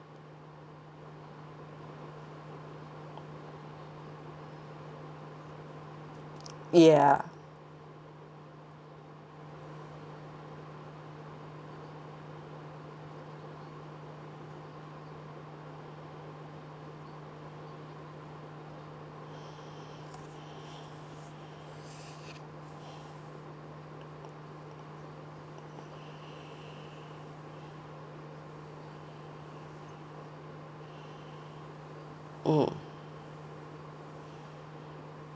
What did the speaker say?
ya mm